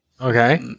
Okay